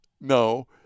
No